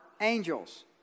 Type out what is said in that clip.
angels